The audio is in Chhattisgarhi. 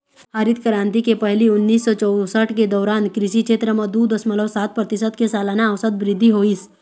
हरित करांति के पहिली उन्नीस सौ चउसठ के दउरान कृषि छेत्र म दू दसमलव सात परतिसत के सलाना अउसत बृद्धि होइस